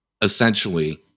essentially